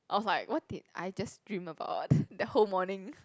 I was like what did I just dream about the whole morning